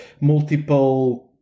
multiple